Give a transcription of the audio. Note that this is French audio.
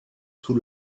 sous